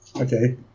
Okay